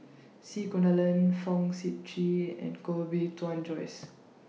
C Kunalan Fong Sip Chee and Koh Bee Tuan Joyce